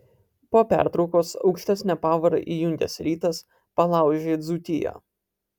po pertraukos aukštesnę pavarą įjungęs rytas palaužė dzūkiją